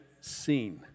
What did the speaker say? seen